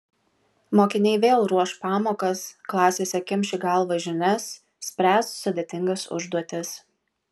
mokiniai vėl ruoš pamokas klasėse kimš į galvą žinias spręs sudėtingas užduotis